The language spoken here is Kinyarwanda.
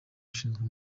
ushinzwe